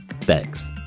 thanks